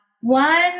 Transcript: one